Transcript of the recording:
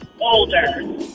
Older